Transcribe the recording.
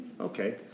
Okay